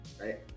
right